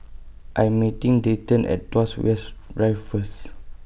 I'm meeting Dayton At Tuas West Drive First